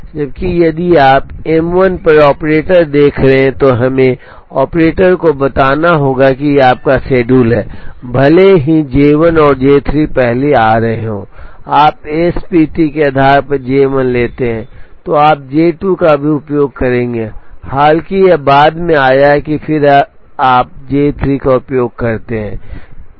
जबकि यदि आप M 1 पर ऑपरेटर देख रहे हैं तो हमें ऑपरेटर को बताना होगा कि यह आपका शेड्यूल है भले ही J 1 और J 3 पहले आ रहे हों आप SPT के आधार पर J 1 लेते हैं तो आप J 2 का भी उपयोग करेंगे हालांकि यह बाद में आया और फिर आप J 3 का उपयोग करते हैं